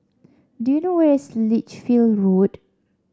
do you know where is Lichfield Road